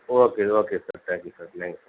okay okay sir thank you sir thanks sir